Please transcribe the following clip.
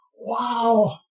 Wow